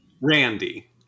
Randy